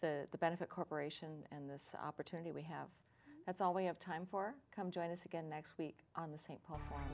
the benefit corporation and this opportunity we have that's all we have time for come join us again next week on the st paul